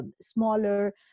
smaller